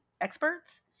experts